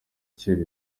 kera